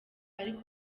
ariko